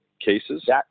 cases